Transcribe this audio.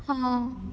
ହଁ